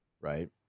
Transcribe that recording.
right